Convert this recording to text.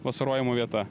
vasarojimo vieta